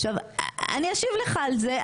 עכשיו אני אשיב לך על זה,